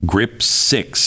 Gripsix